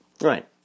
Right